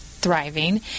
thriving